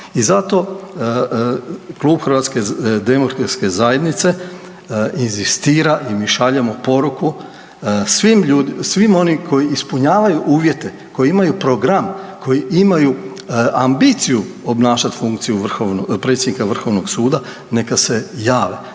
i zato Klub HDZ-a inzistira i mi šaljemo poruku svim onima koji ispunjavaju uvjete, koji imaju program, koji imaju ambiciju obnašati funkciju predsjednika VSRH, neka se jave,